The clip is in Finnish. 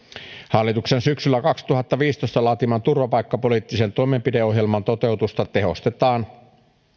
hallituksen syksyllä kaksituhattaviisitoista laatiman turvapaikkapoliittisen toimenpideohjelman toteutusta tehostetaan